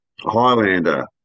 Highlander